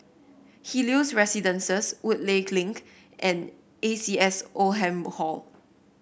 Helios Residences Woodleigh Link and A C S Oldham Hall